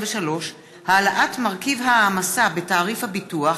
23) (העלאת מרכיב ההעמדה בתעריף הביטוח),